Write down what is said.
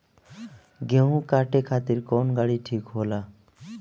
गेहूं काटे खातिर कौन गाड़ी ठीक होला?